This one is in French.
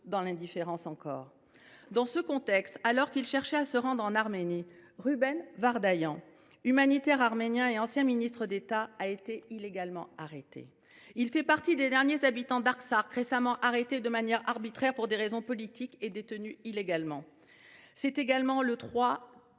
de l’indifférence… Dans ce contexte, alors qu’il cherchait à se rendre en Arménie, Ruben Vardanian, humanitaire arménien et ancien ministre d’État, a été illégalement arrêté. Il fait partie des derniers habitants d’Artsakh récemment arrêtés de manière arbitraire pour des raisons politiques et détenus illégalement. C’est également le